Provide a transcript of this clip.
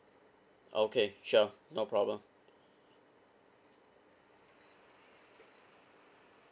okay sure no problem